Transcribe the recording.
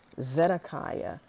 Zedekiah